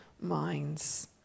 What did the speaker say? minds